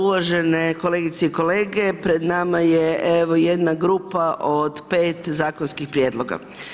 Uvažene kolegice i kolege, pred nama je evo jedna grupa od 5 zakonskih prijedloga.